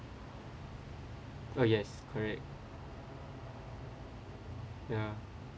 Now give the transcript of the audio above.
oh yes correct ya